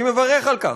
אני מברך על כך.